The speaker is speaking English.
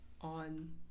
on